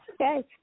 Okay